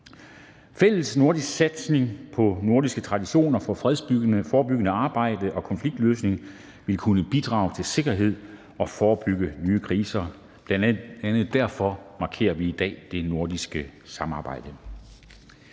Fælles nordiske satsninger og den nordiske tradition for fredsforebyggende arbejde og konfliktløsning vil kunne bidrage til sikkerhed og forebygge nye kriser. Bl.a. derfor markerer vi i dag det nordiske samarbejde.